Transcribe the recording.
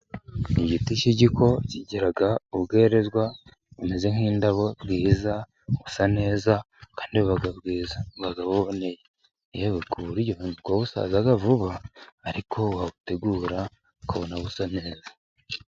Igiti cy'igiko kigira ubwerezwa bumeze nk'indabo bwiza busa neza kandi bukaba bwiza buba buboneye. Yewe ku buryo n'ubwo busaza vuba, ariko wawutegura ukabona busa neza.